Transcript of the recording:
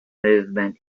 movement